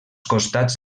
costats